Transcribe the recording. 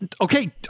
Okay